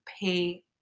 pay